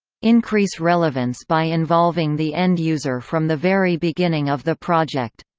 increase relevance by involving the end user from the very beginning of the project.